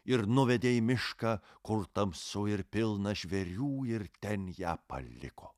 ir nuvedė į mišką kur tamsu ir pilna žvėrių ir ten ją paliko